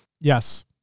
Yes